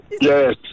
Yes